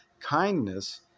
Kindness